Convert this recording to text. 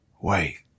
Wait